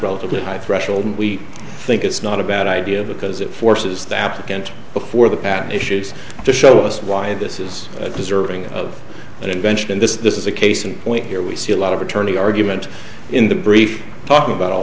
relatively high threshold we think it's not a bad idea because it forces the applicant before the patent issues to show us why this is deserving of an invention and this is a case in point here we see a lot of attorney argument in the brief talking about all